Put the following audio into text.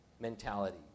mentality